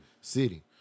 City